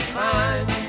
fine